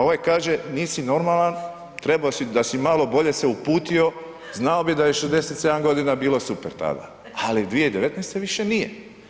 Ovaj kaže nisi normalan, trebao si da si malo bolje se uputio, znao bi da je 67 g. bilo super tada ali 2019. više nije.